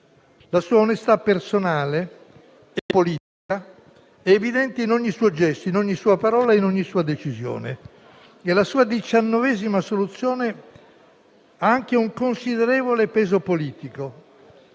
la sua onestà personale e politica è evidente in ogni suo gesto, parola e decisione. La sua diciannovesima assoluzione ha anche un considerevole peso politico